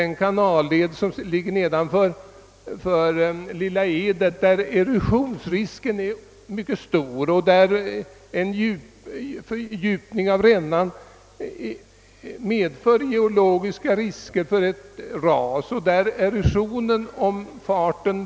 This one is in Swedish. Nedanför Lilla Edet är erosionsrisken mycket stor redan med den fart som fartygen nu har och den blir.